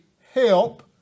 help